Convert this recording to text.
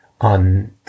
On